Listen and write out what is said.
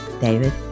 David